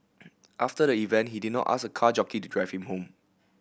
after the event he did not ask a car jockey to drive him home